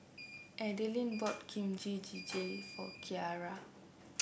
Adelyn bought Kimchi Jjigae for Kyara